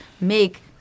make